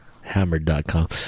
Hammered.com